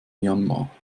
myanmar